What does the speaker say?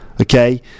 Okay